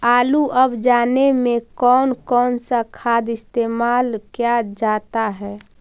आलू अब जाने में कौन कौन सा खाद इस्तेमाल क्या जाता है?